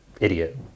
Idiot